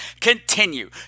continue